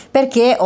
Perché